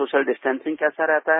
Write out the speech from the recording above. social distancing कैसा रहता है